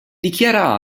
dichiara